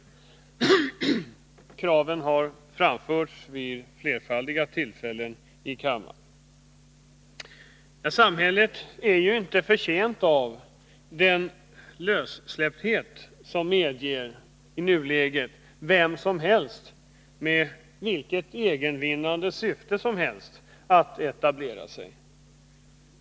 Dessa krav har framförts vid flerfaldiga tillfällen i kammaren. Samhället är inte betjänt av den lössläppthet som i nuläget medger vem som helst med vilket egetvinnande syfte som helst att etablera sig.